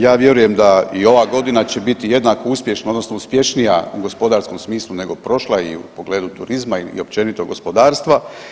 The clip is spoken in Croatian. Ja vjerujem da i ova godina će biti jednako uspješna, odnosno uspješnija u gospodarskom smislu nego prošla i u pogledu turizma i općenito gospodarstva.